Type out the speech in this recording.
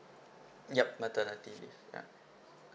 yup maternity leave ya